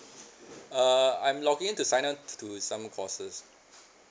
err I'm login to sign on to some courses